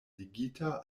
ligita